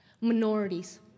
minorities